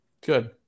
Good